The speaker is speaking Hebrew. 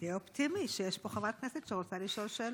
תהיה אופטימי שיש פה חברת כנסת שרוצה לשאול שאלות.